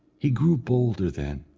he grew bolder then,